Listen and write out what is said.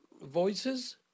voices